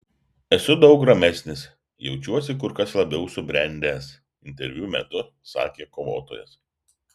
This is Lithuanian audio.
esu daug ramesnis jaučiuosi kur kas labiau subrendęs interviu metu sakė kovotojas